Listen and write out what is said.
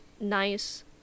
nice